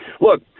Look